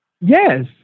Yes